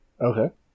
Okay